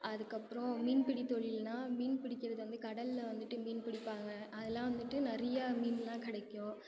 அதுக்கப்புறம் மீன்பிடித்தொழில்னா மீன் பிடிக்கிறது வந்து கடலில் வந்துட்டு மீன் பிடிப்பாங்க அதெலாம் வந்துட்டு நிறையா மீன்லாம் கிடைக்கும்